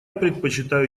предпочитаю